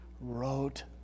wrote